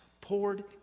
poured